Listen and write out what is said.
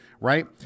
right